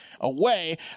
away